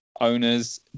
owners